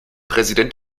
präsident